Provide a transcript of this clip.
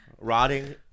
Rotting